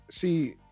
see